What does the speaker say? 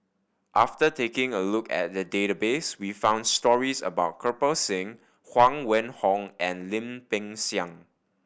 after taking a look at the database we found stories about Kirpal Singh Huang Wenhong and Lim Peng Siang